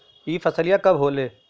यह फसलिया कब होले?